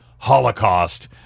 holocaust